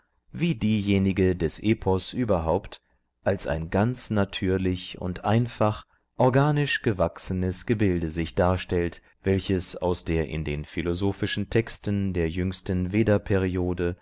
wie diejenige des epos überhaupt als ein ganz natürlich und einfach organisch gewachsenes gebilde sich darstellt welches aus der in den philosophischen texten der jüngsten